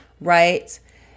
right